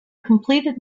completed